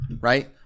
right